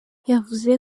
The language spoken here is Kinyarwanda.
yavuze